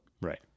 Right